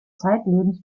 zeitlebens